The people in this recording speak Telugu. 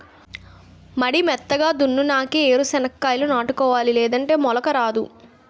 మడి మెత్తగా దున్నునాకే ఏరు సెనక్కాయాలు నాటుకోవాలి లేదంటే మొలక రాదు